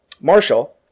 Marshall